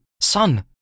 Son